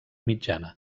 mitjana